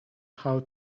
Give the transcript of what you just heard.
how